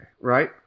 right